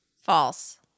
False